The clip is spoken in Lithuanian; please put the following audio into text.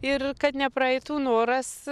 ir kad nepraeitų noras